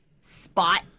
spot